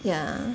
yeah